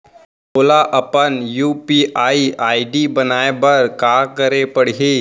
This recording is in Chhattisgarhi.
मोला अपन यू.पी.आई आई.डी बनाए बर का करे पड़ही?